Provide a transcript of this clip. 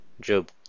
Job